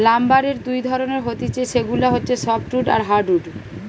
লাম্বারের দুই ধরণের হতিছে সেগুলা হচ্ছে সফ্টউড আর হার্ডউড